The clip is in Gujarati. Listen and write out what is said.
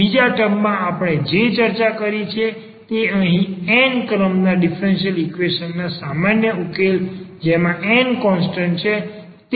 બીજા ટર્મમાં આપણે જે ચર્ચા કરી છે તે અહીં n ક્રમના ડીફરન્સીયલ ઈક્વેશન ના સામાન્ય ઉકેલમાં જેમાં n કોન્સ્ટન્ટ છે